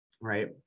right